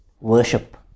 worship